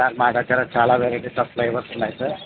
sir మా దగ్గర చాలా వెరైటీస్ ఆఫ్ ఫ్లేవర్స్ ఉన్నాయి సార్